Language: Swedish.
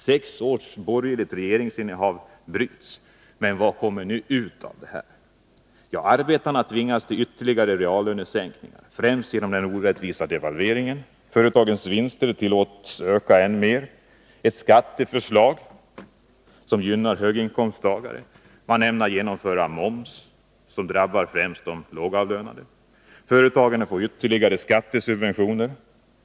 Sex års 13 borgerligt regeringsinnehav har nu brutits, men vad kommer ut av detta? Arbetarna tvingas till ytterligare reallönesänkningar, främst genom den orättvisa devalveringen. Företagens vinster tillåts öka. Man genomför en skatteförändring som gynnar höginkomsttagare, och man genomför en momshöjning som främst drabbar de lågavlönade. Företagen får ytterligare skattesubventioner.